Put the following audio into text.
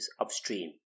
upstream